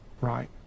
Right